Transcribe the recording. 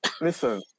listen